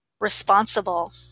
responsible